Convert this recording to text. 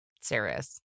serious